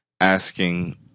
asking